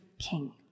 king